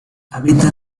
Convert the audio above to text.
habita